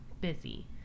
busy